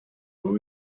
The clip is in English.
who